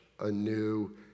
anew